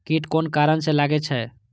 कीट कोन कारण से लागे छै?